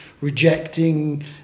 rejecting